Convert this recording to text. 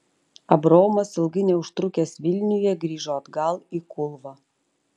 abraomas ilgai neužtrukęs vilniuje grįžo atgal į kulvą